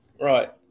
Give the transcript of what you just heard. Right